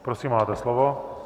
Prosím, máte slovo.